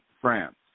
France